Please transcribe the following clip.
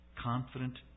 confident